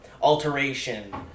alteration